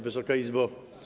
Wysoka Izbo!